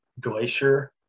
glacier